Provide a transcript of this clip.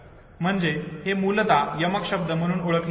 म्हणजे हे मूलतः यमक शब्द म्हणून ओळखले जातात